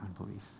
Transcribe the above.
unbelief